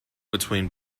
between